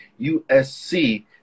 USC